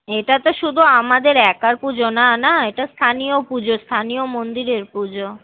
এটা তো শুধু আমাদের একার পুজো না না এটা স্থানীয় পুজো স্থানীয় মন্দিরের পুজো